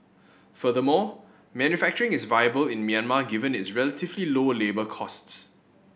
furthermore manufacturing is viable in Myanmar given its relatively low labour costs